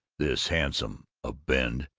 this handsome abend,